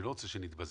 אני לא רוצה שנתפזר.